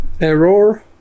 error